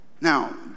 Now